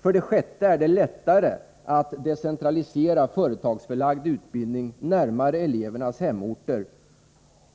För det sjätte är det lättare att decentralisera företagsförlagd utbildning närmare elevernas hemorter,